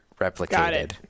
replicated